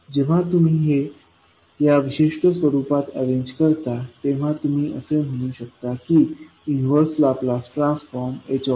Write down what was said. जेव्हा तुम्ही हे या विशिष्ट स्वरुपात अरेंज करता तेव्हा तुम्ही असे म्हणू शकता की इन्वर्स लाप्लास ट्रान्सफॉर्म ht2